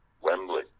Wembley